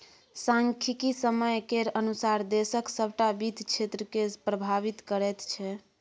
सांख्यिकी समय केर अनुसार देशक सभटा वित्त क्षेत्रकेँ प्रभावित करैत छै